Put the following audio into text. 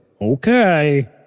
Okay